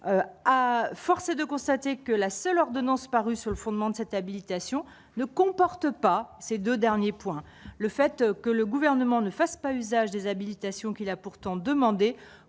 à force est de constater que la seule ordonnance paru sur le fondement de cette habilitation ne comporte pas ces 2 derniers points le fait que le gouvernement ne fasse pas usage des habilitations, qui l'a pourtant demandé